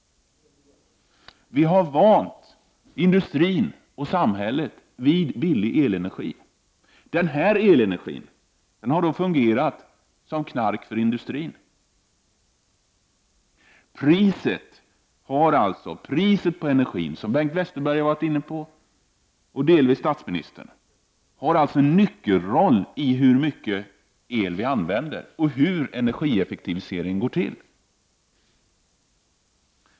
Industrin och samhället har blivit vana vid billig elenergi. Denna elenergi har fungerat som knark för industrin. Som Bengt Westerberg och delvis statsministern varit inne på har priset på energi en nyckelroll när det gäller hur mycket el vi använder och hur energieffektivisering går till.